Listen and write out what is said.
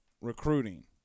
recruiting